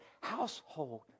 household